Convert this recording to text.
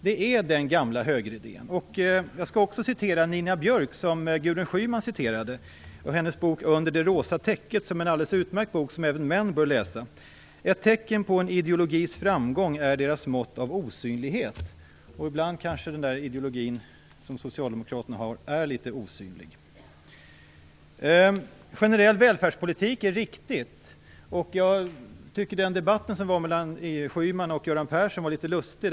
Det är ju den gamla högeridén. Jag skall i likhet med Gudrun Schyman återge Nina Björk. I sin bok Under det rosa täcket, som är en alldeles utmärkt bok som även män bör läsa, skriver Nina Björk: Ett tecken på en ideologis framgång är dess mått av osynlighet. Ibland är kanske Socialdemokraternas ideologi litet osynlig. Den generella välfärdspolitiken är viktig. Jag tycker dock att debatten mellan Gudrun Schyman och Göran Persson var litet lustig.